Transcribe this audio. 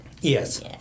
Yes